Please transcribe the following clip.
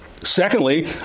Secondly